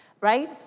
right